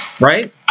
right